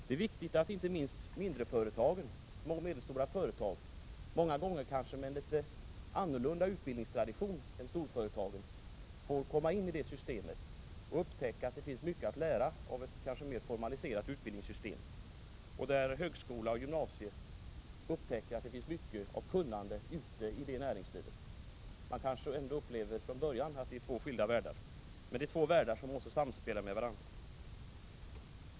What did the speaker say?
Det är viktigt att inte minst små och medelstora företag, många gånger kanske med en litet annorlunda utbildningstradition än storföretagen, får komma in i detta system och upptäcka att det finns mycket att lära i ett mer formaliserat utbildningssystem. Också högskola och gymnasium kan då upptäcka att det finns mycket av kunnande ute i näringslivet. Från början kanske man upplever sig som tillhörande två skilda världar, men det är två världar som måste samspela med varandra.